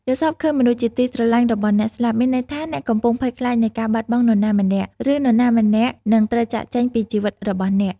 យល់សប្តិឃើញមនុស្សជាទីស្រលាញ់របស់អ្នកស្លាប់ មានន័យថា អ្នកកំពុងភ័យខ្លាចនៃការបាត់បង់នរណាម្នាក់ ឬនរណាម្នាក់នឹងត្រូវចាកចេញពីជីវិតរបស់អ្នក។